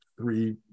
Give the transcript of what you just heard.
three